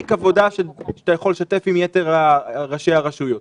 תיק עבודה שאתה יכול לשתף עם יתר ראשי הרשויות.